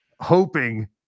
hoping